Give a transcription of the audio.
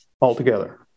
altogether